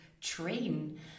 train